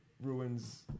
ruins